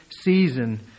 season